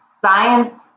science